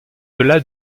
delà